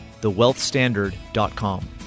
thewealthstandard.com